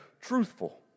truthful